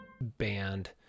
Band